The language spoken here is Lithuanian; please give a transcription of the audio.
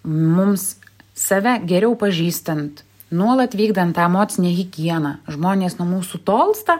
mums save geriau pažįstant nuolat vykdant tą emocinę higieną žmonės nuo mūsų tolsta